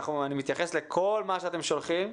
אני מתייחס לכל מה שאתם שולחים,